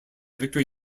victory